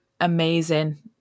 amazing